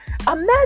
Imagine